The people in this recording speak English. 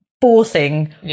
forcing